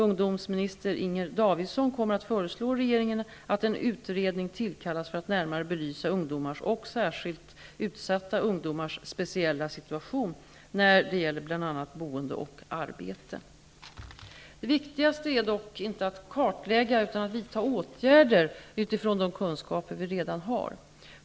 Ungdomsminister Inger Davidson kommer att föreslå regeringen att en utredning tillkallas för att närmare belysa ungdomars, och särskilt utsatta ungdomars, speciella situation när det gäller bl.a. boende och arbete. Det viktigaste är dock inte att kartlägga utan att vidta åtgärder på grundval av de kunskaper som vi redan har.